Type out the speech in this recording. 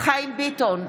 חיים ביטון,